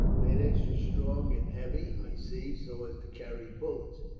made extra strong and heavy, i see, so as to carry bullets.